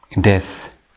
death